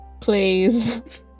please